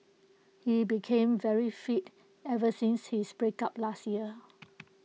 he became very fit ever since his breakup last year